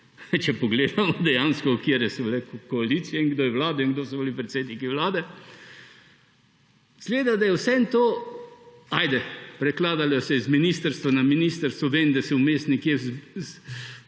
če pogledamo dejansko, katere so bile koalicije in kdo je vladal in kdo so bili predsedniki vlade. Izgleda, da je vseeno to … Ajde, prekladalo se je iz ministrstva na ministrstvo, vem, da se vmes nekje v prevodu